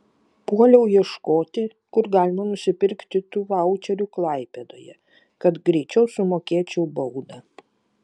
puoliau ieškoti kur galima nusipirkti tų vaučerių klaipėdoje kad greičiau sumokėčiau baudą